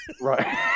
right